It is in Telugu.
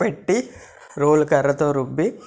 పెట్టి రోలు కర్రతో రుబ్బి